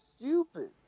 stupid